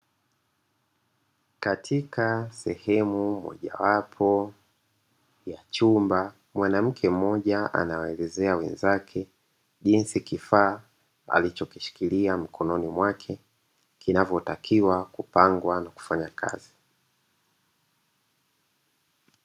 Katika sehemu moja wapo ya chumba, mwanamke mmoja anawaelezea wenzake, jinsi kifaa alichokishikilia mkononi mwake, kinavyotakiwa kupangwa na kufanya kazi.